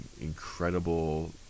incredible